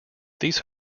these